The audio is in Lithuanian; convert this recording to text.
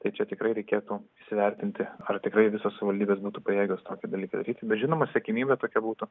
tai čia tikrai reikėtų įsivertinti ar tikrai visos savivaldybės būtų pajėgios tokį dalyką daryti bet žinoma siekiamybė tokia būtų